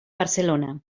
barcelona